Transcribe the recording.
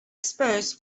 expose